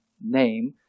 name